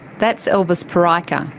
that's elvis pyrikah,